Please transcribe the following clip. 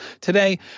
today